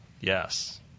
Yes